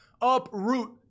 Uproot